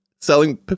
Selling